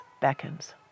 beckons